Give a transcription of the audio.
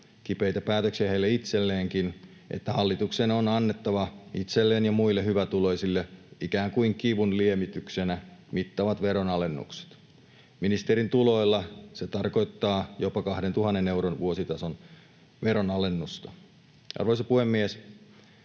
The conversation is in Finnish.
kipeitä päätöksiä heille itselleenkin, että hallituksen on annettava itselleen ja muille hyvätuloisille ikään kuin kivunlievityksenä mittavat veronalennukset. Ministerin tuloilla se tarkoittaa jopa 2 000 euron vuositason veronalennusta. Arvoisa puhemies!